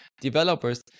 developers